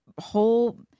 whole